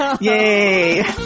Yay